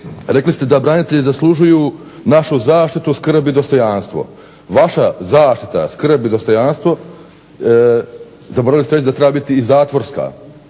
rekli ste da branitelji zaslužuju našu zaštitu, skrb i dostojanstvo zaboravili ste reći da treba biti i zatvorska